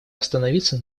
остановиться